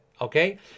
Okay